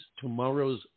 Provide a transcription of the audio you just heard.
tomorrow's